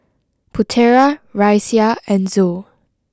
Putera Raisya and Zul